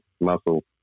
muscle